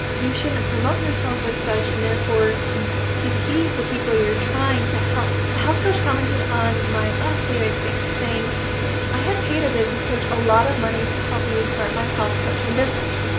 you shouldn't promote yourself as such and therefore deceive the people you're trying to help. a health coach commented on my last video i think saying i had paid a business coach a lot of money to help me start my health coaching business.